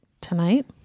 Tonight